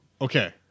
Okay